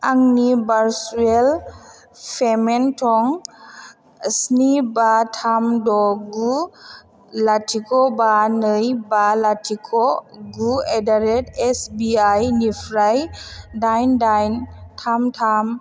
आंनि virtual payment थं स्नि बा थाम द' गु लाथिख' बा नै बा लाथिख' गु एड्डारेट एसबिआइनिफ्राय दाइन दाइन थाम थाम